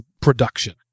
production